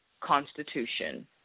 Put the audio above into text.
constitution